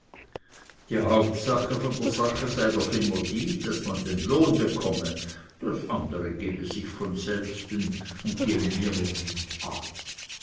die hauptsache von der sache sei doch immer die daß man den lohn bekomme das andere gebe sich von selbsten und